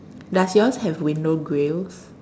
does yours have window grills